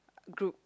group